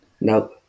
Nope